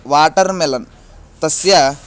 watermelon तस्य